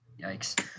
Yikes